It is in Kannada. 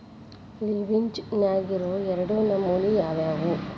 ಲಿವ್ರೆಜ್ ನ್ಯಾಗಿರೊ ಎರಡ್ ನಮನಿ ಯಾವ್ಯಾವ್ದ್?